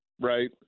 right